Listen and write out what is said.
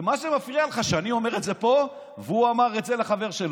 מה שמפריע לך זה שאני אומר את זה פה והוא אמר את זה לחבר שלו.